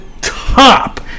top